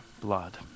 blood